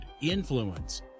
influence